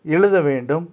எழுத வேண்டும்